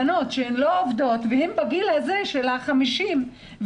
הבנות שלא עובדות מחוץ לבית והן בגיל 50 ומעלה,